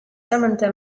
samantha